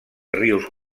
rius